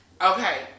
okay